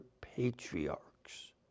patriarchs